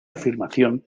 afirmación